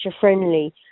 friendly